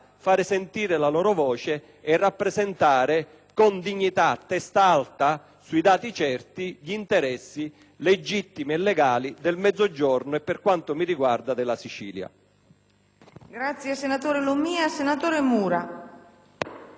fare sentire la loro voce e rappresentare con dignità, a testa alta, sui dati certi, gli interessi legittimi e legali del Mezzogiorno e, per quanto mi riguarda, della Sicilia.